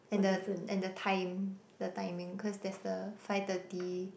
and the and the time the timing cause there's the five thirty